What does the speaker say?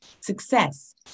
success